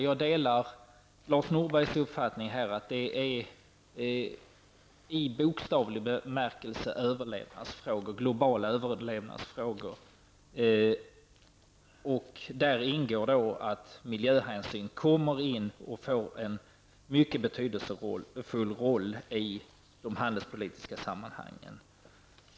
Jag delar Lars Norbergs uppfattning att de i bokstavlig mening är globala överlevnadsfrågor. Miljöhänsynen kommer att få en mycket betydelsefull roll i de handelspolitiska sammanhangen.